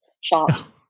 shops